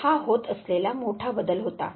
तर हा होत असलेला मोठा बदल होता